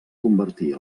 convertir